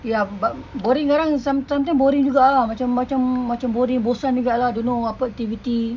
ya but boring kadang something boring juga ah macam macam boring bosan juga don't know apa activity